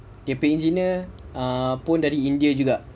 dia punya engineer pun dari india juga